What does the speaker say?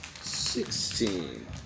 Sixteen